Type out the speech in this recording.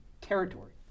territory